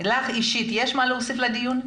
לך אישית יש מה להוסיף לדיון?